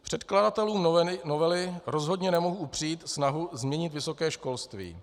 Předkladatelům novely rozhodně nemohu upřít snahu změnit vysoké školství.